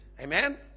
Amen